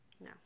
No